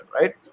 right